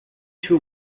two